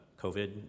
COVID